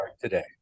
today